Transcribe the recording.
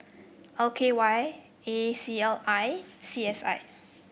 L K Y A C L I C S I